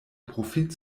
profit